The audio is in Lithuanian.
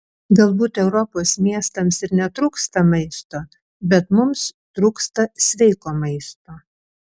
galbūt europos miestams ir netrūksta maisto bet mums trūksta sveiko maisto